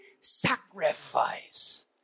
sacrifice